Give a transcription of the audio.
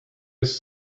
was